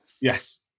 Yes